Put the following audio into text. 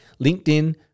LinkedIn